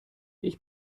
ich